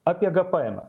apie gpmą